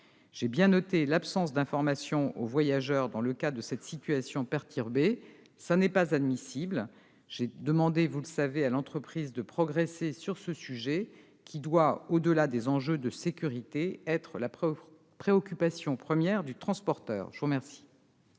J'ai bien noté l'absence d'informations aux voyageurs dans le cas de cette situation perturbée. Ce n'est pas admissible ! J'ai demandé, vous le savez, à l'entreprise de progresser sur ce sujet, qui doit, au-delà des enjeux de sécurité, être la préoccupation première du transporteur. La parole